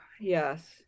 yes